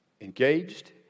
engaged